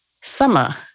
summer